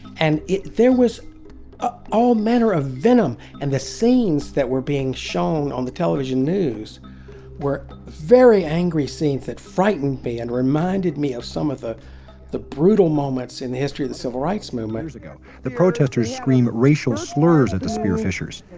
and yeah there was all manner of venom, and the scenes that were being shown on the tv news were very angry scenes that frightened me and reminded me of some of the the brutal moments in the history of the civil rights movement. the protesters scream racial slurs at the spear fishers.